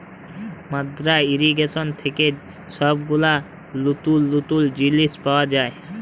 মাদ্দা ইর্রিগেশন থেক্যে সব গুলা লতুল লতুল জিলিস পাওয়া যায়